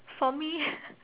for me